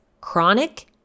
chronic